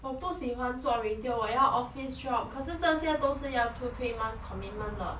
我不喜欢做 retail 我要 office job 可是这些都是要 two three months commitment 的